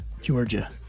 Georgia